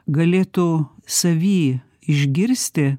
galėtų savy išgirsti